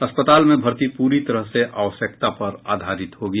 अस्पताल में भर्ती पूरी तरह से आवश्यकता पर आधारित होगी